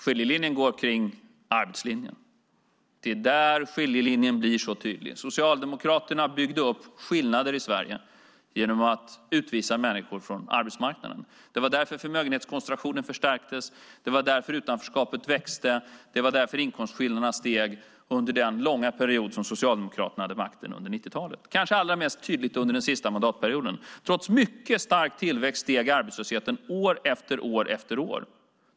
Skiljelinjen går vid arbetslinjen. Det är där skiljelinjen blir tydlig. Socialdemokraterna byggde upp skillnader i Sverige genom att utvisa människor från arbetsmarknaden. Det var därför förmögenhetskoncentrationen förstärktes och utanförskapet och inkomstskillnaderna växte under den långa period som Socialdemokraterna hade makten under 90-talet. Det var kanske allra tydligast under deras sista mandatperiod. Trots mycket stark tillväxt steg arbetslösheten år efter år.